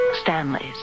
Stanley's